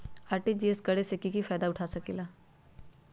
RTGS करे से की फायदा उठा सकीला?